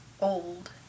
Old